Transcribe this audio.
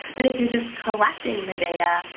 but if you're just collecting the data,